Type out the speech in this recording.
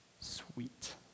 Sweet